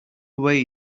way